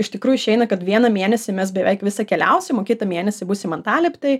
iš tikrųjų išeina kad vieną mėnesį mes beveik visą keliausim kitą mėnesį būsim antalieptėj